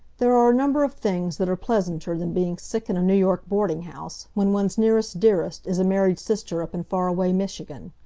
there are a number of things that are pleasanter than being sick in a new york boarding-house when one's nearest dearest is a married sister up in far-away michigan.